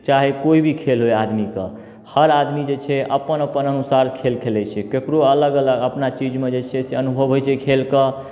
चाहे कोइ भी खेल होय आदमीके हर आदमी जे छै अपन अपन अनुसार खेल खेलैत छै केकरो अलग अलग अपना चीजमे जे छै से अनुभव होइत छै खेल कऽ